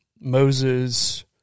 Moses